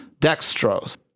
dextrose